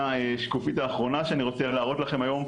השקופית האחרונה שאני רוצה להראות לכם היום,